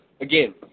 Again